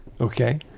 okay